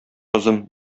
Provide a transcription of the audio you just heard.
кызым